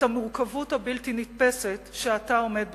המורכבות הבלתי-נתפסת שאתה עומד בפניה,